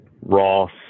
Ross